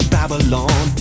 Babylon